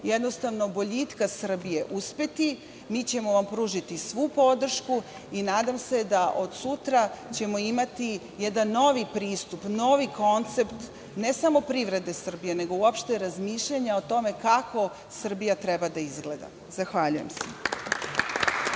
na tom putu boljitka Srbije uspeti. Mi ćemo vam pružiti svu podršku. Nadam se da ćemo od sutra imati jedan novi pristup, novi koncept ne samo privrede Srbije, nego uopšte razmišljanja o tome kako Srbija treba da izgleda. Zahvaljujem se.